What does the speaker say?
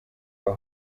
aho